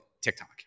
TikTok